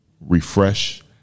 refresh